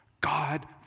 God